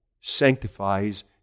sanctifies